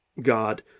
God